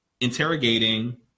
interrogating